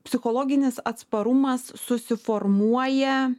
psichologinis atsparumas susiformuoja